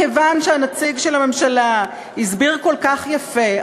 כיוון שהנציג של הממשלה הסביר כל כך יפה,